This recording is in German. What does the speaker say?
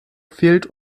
fehlt